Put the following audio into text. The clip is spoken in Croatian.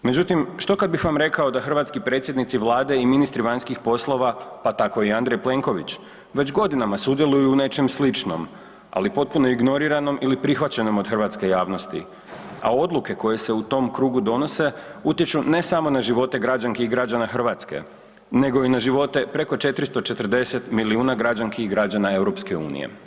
Međutim, što kad bih vam rekao da hrvatski predsjednici vlade i ministri vanjskih poslova, pa tako i Andrej Plenković, već godinama sudjeluju u nečem sličnom, ali potpuno ignoriranom ili prihvaćenom od hrvatske javnosti, a odluke koje se u tom krugu donose, utječu, ne samo na živote građanki i građana Hrvatske, nego i na živote preko 440 milijuna građanki i građana EU.